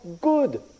good